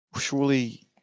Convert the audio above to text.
Surely